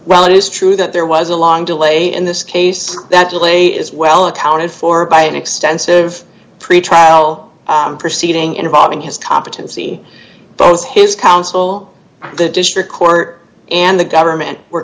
while it is true that there was a long delay in this case that delay is well accounted for by an extensive pretrial proceeding involving his competency those his counsel the district court and the government were